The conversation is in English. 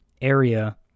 area